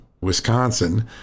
Wisconsin